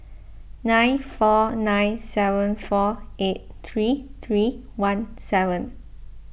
nine four nine seven four eight three three one seven